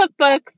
cookbooks